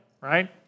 right